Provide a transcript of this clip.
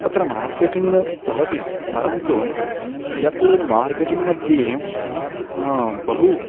तत्र मार्केटिङ्ग् भवति परन्तु यत् मार्केटिङ्ग् मध्ये हां बहु